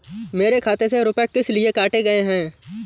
मेरे खाते से रुपय किस लिए काटे गए हैं?